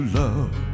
love